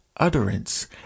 utterance